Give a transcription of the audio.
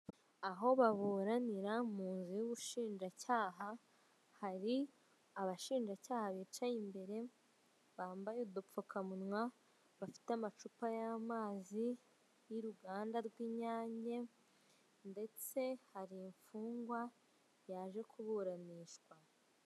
Aho baburanira mu nzu y'ubushinjacyaha, hari abashinjacyaha bicaye imbere bambaye udupfukamunwa bafite amacupa y'amazi y'uruganda rw'Inyange ndetse hari imfungwa yaje kuburanishwa.